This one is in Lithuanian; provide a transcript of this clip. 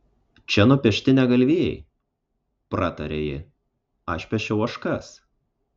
čia nupiešti ne galvijai pratarė ji aš piešiau ožkas